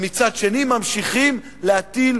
ומצד שני ממשיכים להטיל